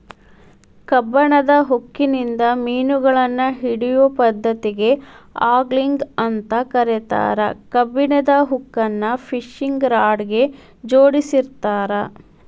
ಕಬ್ಬಣದ ಹುಕ್ಕಿನಿಂದ ಮಿನುಗಳನ್ನ ಹಿಡಿಯೋ ಪದ್ದತಿಗೆ ಆಂಗ್ಲಿಂಗ್ ಅಂತ ಕರೇತಾರ, ಕಬ್ಬಣದ ಹುಕ್ಕನ್ನ ಫಿಶಿಂಗ್ ರಾಡ್ ಗೆ ಜೋಡಿಸಿರ್ತಾರ